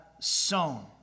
sown